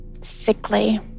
sickly